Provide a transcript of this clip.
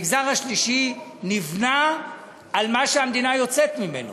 המגזר השלישי נבנה על מה שהמדינה יוצאת ממנו,